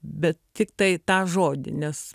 bet tiktai tą žodį nes